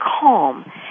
calm